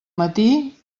matí